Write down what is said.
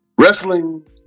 Wrestling